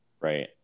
Right